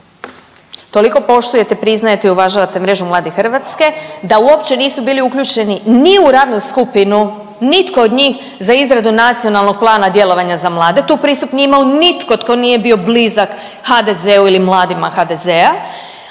Toliko poštujete, priznajete i uvažavate Mrežu mladih Hrvatske da uopće nisu bili uključeni ni u radnu skupinu nitko od njih za izradu nacionalnog plana djelovanja za mlade. Tu pristup nije imao nitko tko nije bio blizak HDZ ili mladima HDZ-a,